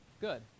Good